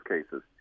cases